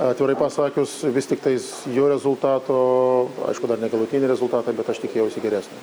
atvirai pasakius vis tiktais jo rezultatų aišku dar negalutiniai rezultatai bet aš tikėjausi geresnio